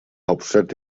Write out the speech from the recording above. hauptstadt